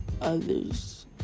others